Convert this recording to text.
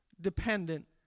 dependent